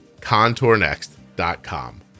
ContourNext.com